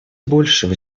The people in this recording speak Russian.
большего